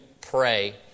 pray